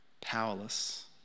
powerless